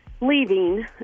leaving